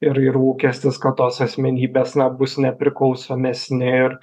ir ir lūkestis kad tos asmenybės na bus nepriklausomesni ir